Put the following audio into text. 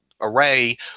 Array